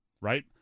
right